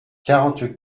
quarante